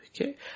Okay